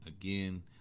Again